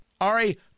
Ari